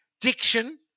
Diction